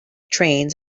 trains